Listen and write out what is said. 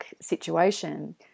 situation